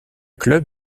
club